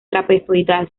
trapezoidal